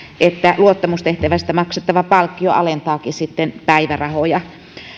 että luottamustehtävästä maksettava palkkio alentaakin sitten päivärahoja